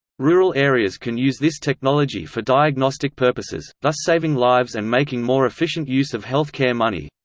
rural areas can use this technology for diagnostic purposes, thus saving lives and making more efficient use of health care money.